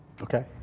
Okay